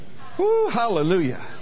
Hallelujah